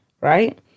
right